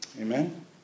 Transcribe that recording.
Amen